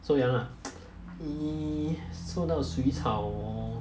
so ya lah !ee! 瘦到水草 orh